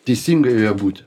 teisingai joje būti